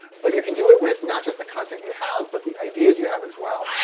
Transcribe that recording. but you can do it with not just the content you have but the ideas you have as well.